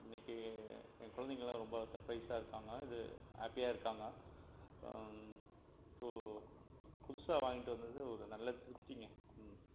இன்னைக்கு என் குழந்தைங்கயெல்லாம் ரொம்ப சர்ப்ரைஸாக இருக்காங்க இது ஹாப்பியாக இருக்காங்க ஸோ புதுசாக வாங்கிகிட்டு வந்தது ஒரு நல்ல திருப்திங்க